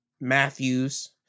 Matthews